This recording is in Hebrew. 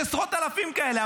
יש עשרות אלפים כאלה.